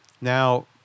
Now